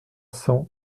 cents